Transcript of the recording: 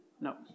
No